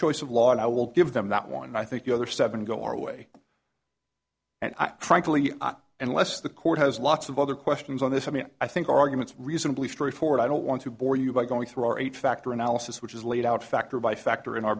choice of law and i will give them that one and i think the other seven go our way and i frankly unless the court has lots of other questions on this i mean i think our arguments reasonably straightforward i don't want to bore you by going through our eight factor analysis which is laid out factor by factor in our